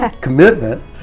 commitment